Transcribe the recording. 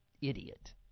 idiot